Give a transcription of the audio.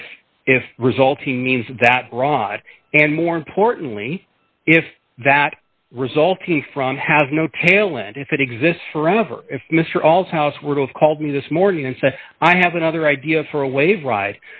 if if resulting means that rot and more importantly if that resulting from has no tail and if it exists forever if mr alls house would have called me this morning and said i have another idea for a wave ride